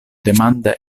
demande